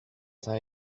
sain